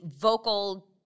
vocal